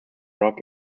rock